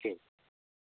ठीक